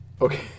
Okay